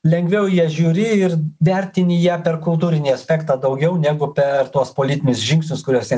lengviau jas žiūri ir vertini ją per kultūrinį aspektą daugiau negu per tuos politinius žingsnius kuriuose